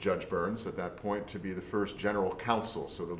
judge burns at that point to be the first general counsel so the